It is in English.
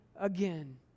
again